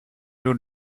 you